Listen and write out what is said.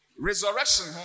Resurrection